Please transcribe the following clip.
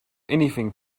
anything